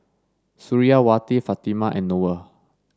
Suriawati Fatimah and Noah